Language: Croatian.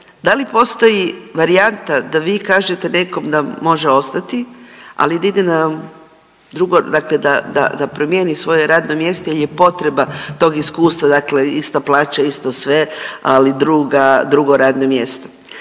da li postoji varijanta da vi kažete nekom da može ostati, ali da ide na drugo, dakle da promijeni radno mjesto jel je potreba tog iskustva, dakle ista plaća, isto sve, ali drugo radno mjesto.